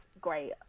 great